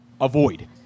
avoid